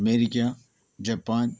America Japan